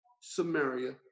Samaria